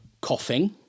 Coughing